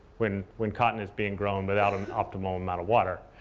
when when cotton is being grown without an optimal amount of water.